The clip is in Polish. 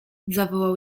zawołał